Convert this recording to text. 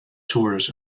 tours